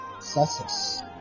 success